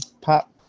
pop